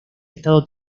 estado